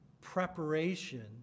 preparation